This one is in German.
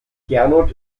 gernot